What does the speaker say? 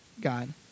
god